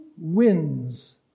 wins